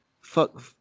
Fuck